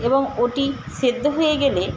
এবং ওটি সিদ্ধ হয়ে গেলে